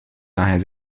daher